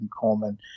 Coleman